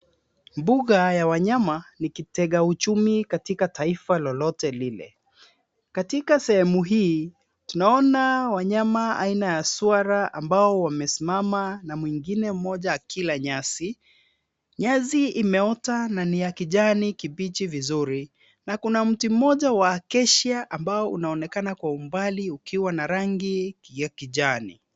Mbuga ya wanyama ni kitega uchumi katika taifa lolote lile. Katika sehemu hii tunaona wanyama aina ya swara ambao wamesimama na mwingine mmoja akila nyasi. Nyasi imeota na ni ya kijani kibichi vizuri na kuna mti mmoja wa Acacia ambao unaonekana Kwa umbali ukiwa na rangi ya kijani.